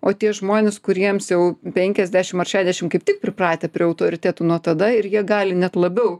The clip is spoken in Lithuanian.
o tie žmonės kuriems jau penkaisdešim ar šešiasdešim kaip tik pripratę prie autoritetų nuo tada ir jie gali net labiau